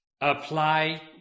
apply